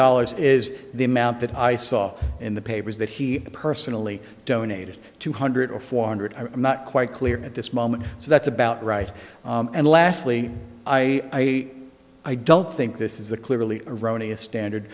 dollars is the amount that i saw in the papers that he personally donated two hundred or four hundred i'm not quite clear at this moment so that's about right and lastly i i don't think this is a clearly erroneous standard